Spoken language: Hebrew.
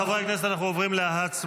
חברי הכנסת, אנחנו עוברים להצבעה,